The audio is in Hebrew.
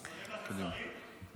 חסרים לכם שרים?